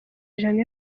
ijana